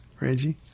Reggie